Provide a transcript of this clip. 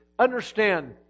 Understand